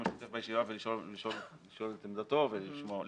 משתתף בישיבה ולשאול את עמדתו ולשמוע אותו.